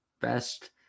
best